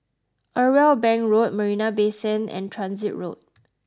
Irwell Bank Road Marina Bay Sand and Transit Road